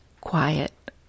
quiet